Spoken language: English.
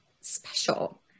special